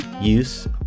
use